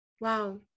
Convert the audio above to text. wow